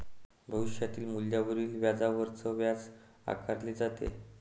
भविष्यातील मूल्यावरील व्याजावरच व्याज आकारले जाते